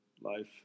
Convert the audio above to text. life